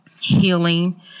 healing